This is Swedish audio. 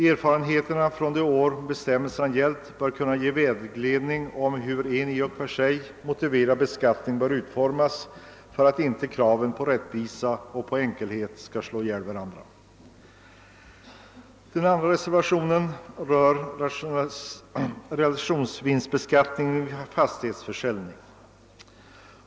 Erfarenheterna från de år bestämmelserna gällt bör kunna ge vägledning om hur en i och för sig motiverad beskattning bör utformas, så att inte kraven på rättvisa och enkelhet slår ihjäl varandra. Reservationen 2 rör realisationsvinstbeskattning vid <fastighetsförsäljning.